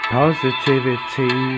positivity